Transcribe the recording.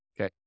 Okay